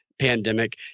pandemic